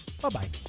Bye-bye